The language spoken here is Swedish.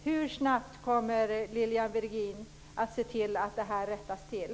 Hur snabbt kommer Lilian Virgin att se till att det här rättas till?